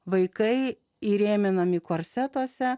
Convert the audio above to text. vaikai įrėminami korsetuose